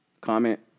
comment